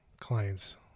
clients